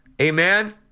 Amen